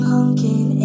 Pumpkin